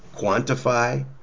quantify